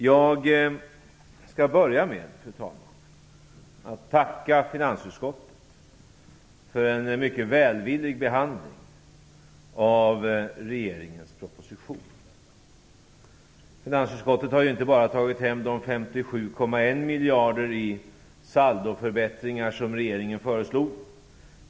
Jag skall börja med, fru talman, att tacka finansutskottet för en mycket välvillig behandling av regeringens proposition. Finansutskottet har inte bara tagit hem de 57,1 miljarder i saldoförbättringar som regeringen föreslog.